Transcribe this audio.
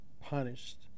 punished